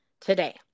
today